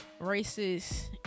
racist